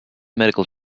medical